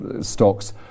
stocks